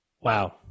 Wow